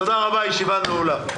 תודה רבה, הישיבה נעולה.